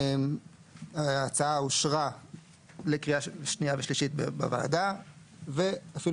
ההצעה אושרה לקריאה שנייה ושלישית בוועדה ואפילו